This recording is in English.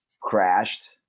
crashed